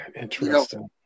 interesting